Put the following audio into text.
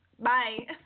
Bye